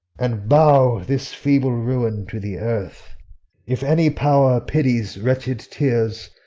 and bow this feeble ruin to the earth if any power pities wretched tears,